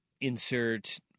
insert